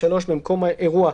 (3) במקום אירוע,